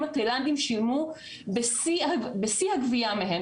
התאילנדים שילמו בשיא הגבייה מהם,